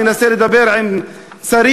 מנסה לדבר עם שרים,